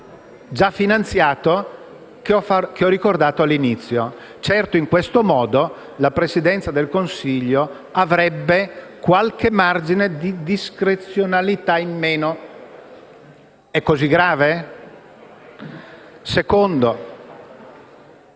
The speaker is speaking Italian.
già finanziato che ho ricordato all'inizio dell'intervento. In questo modo la Presidenza del Consiglio avrebbe qualche margine di discrezionalità in meno. È così grave? Passo